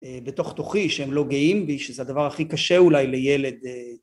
בתוך תוכי שהם לא גאים בי שזה הדבר הכי קשה אולי לילד